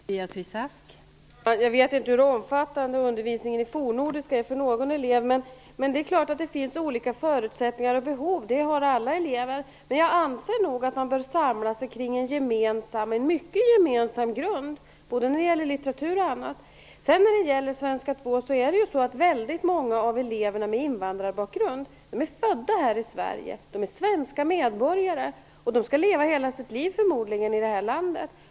Fru talman! Jag vet inte hur omfattande undervisningen i fornnordiska är för någon elev. Självfallet finns det olika förutsättningar och behov hos alla elever. Men jag anser nog att man bör samla sig kring en mycket gemensam grund, för både litteratur och annat. När det gäller svenska 2 är det så att väldigt många av eleverna med invandrarbakgrund är födda här i Sverige, de är svenska medborgare och de skall förmodligen leva hela sitt liv i detta land.